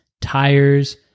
tires